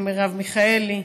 למרב מיכאלי,